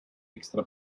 extra